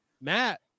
Matt